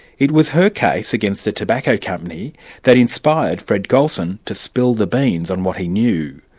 it was her case against a tobacco company that inspired fred gulson to spill the beans on what he knew.